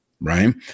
right